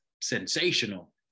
sensational